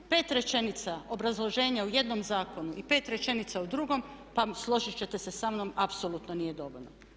Pet rečenica obrazloženja u jednom zakonu i pet rečenica u drugom pa složit ćete se sa mnom apsolutno nije dovoljno.